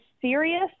serious